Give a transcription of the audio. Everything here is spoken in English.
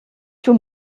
too